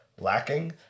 lacking